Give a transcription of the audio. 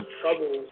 trouble